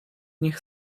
nich